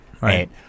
right